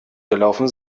gelaufen